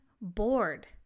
bored